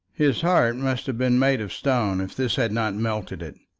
his heart must have been made of stone if this had not melted it.